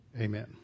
Amen